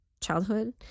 childhood